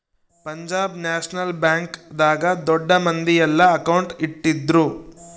Punjab national bank ದಾಗ ದೊಡ್ಡ ಮಂದಿ ಯೆಲ್ಲ ಅಕೌಂಟ್ ಇಟ್ಟಿದ್ರು